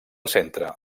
centre